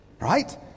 right